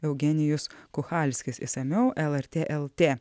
eugenijus kuchalskis išsamiau lrt lt